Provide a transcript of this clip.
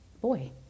boy